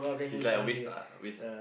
he's like waste lah waste lah